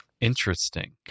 Interesting